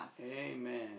Amen